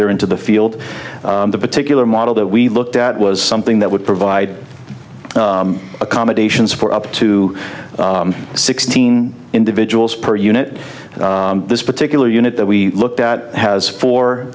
there into the field the particular model that we looked at was something that would provide accommodations for up to sixteen individuals per unit this particular unit that we looked at has four